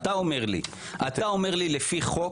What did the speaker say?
אתה אומר לי לפי חוק,